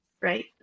right